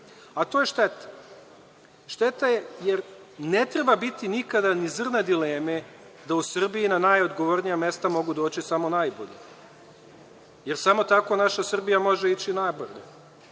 a to je šteta. Šteta je jer ne treba biti nikada ni zrna dileme da u Srbiji na najodgovornija mesta mogu doći samo najbolji, jer samo tako naša Srbija može ići na bolje.